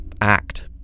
act